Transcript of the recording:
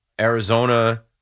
Arizona